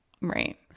right